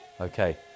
Okay